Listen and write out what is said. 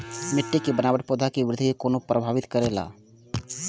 मिट्टी के बनावट पौधा के वृद्धि के कोना प्रभावित करेला?